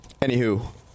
Anywho